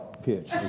pitch